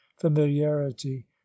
familiarity